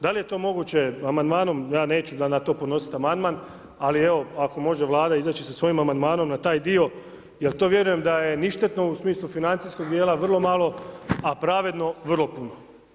Dal' je to moguće amandmanom, ja neću na to podnositi amandman, ali evo ako može Vlada izaći sa svojim amandmanom na taj dio, jer to vjerujem da je ništetno u smislu financijskog dijela, vrlo malo, a pravedno vrlo puno.